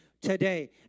today